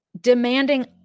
demanding